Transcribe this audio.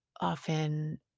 often